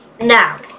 Now